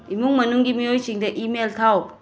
ꯏꯃꯨꯡ ꯃꯅꯨꯡꯒꯤ ꯃꯤꯑꯣꯏꯁꯤꯡꯗ ꯏꯃꯦꯜ ꯊꯥꯎ